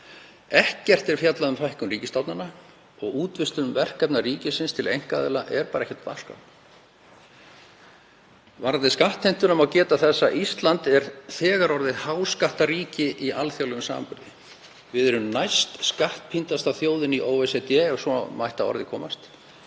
Ekkert er fjallað um fækkun ríkisstofnana og útvistun verkefna ríkisins til einkaaðila er bara ekkert á dagskrá. Varðandi skattheimtuna má geta þess að Ísland er þegar orðið háskattaríki í alþjóðlegum samanburði. Við erum næstskattpíndasta þjóðin í OECD, ef svo mætti orða það,